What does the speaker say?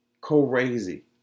Crazy